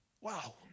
wow